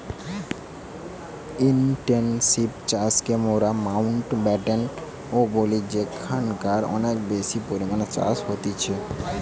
intensive চাষকে মোরা Mountbatten ও বলি যেখানকারে অনেক বেশি পরিমাণে চাষ হতিছে